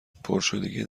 پرشدگی